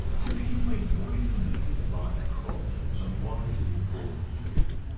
to begin with, what do you mean by providence, and why is it important to you?